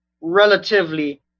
relatively